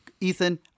Ethan